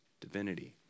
divinity